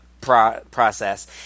process